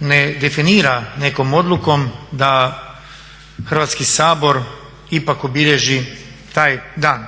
ne definira nekom odlukom da Hrvatski sabor ipak obilježi taj dan.